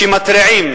שמתריעים,